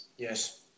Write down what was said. Yes